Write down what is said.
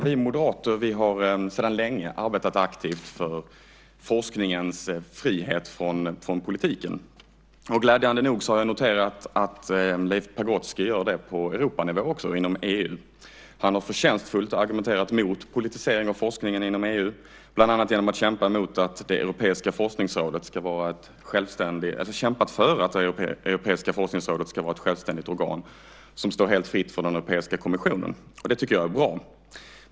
Vi moderater har sedan länge arbetat aktivt för forskningens frihet från politiken. Glädjande nog har jag noterat att Leif Pagrotsky gör det på Europanivå inom EU. Han har förtjänstfullt argumenterat mot politisering av forskningen inom EU bland annat genom att kämpa för att det europeiska forskningsrådet ska vara ett självständigt organ som står helt fritt från den europeiska kommissionen. Det tycker jag är bra.